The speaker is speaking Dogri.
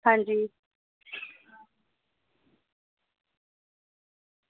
आं जी